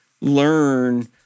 learn